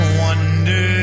wonder